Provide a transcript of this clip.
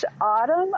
Autumn